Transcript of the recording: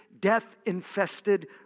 death-infested